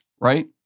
right